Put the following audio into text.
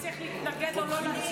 אבל אז היא תצטרך להתנגד או לא להצביע.